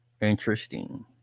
Interesting